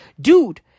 Dude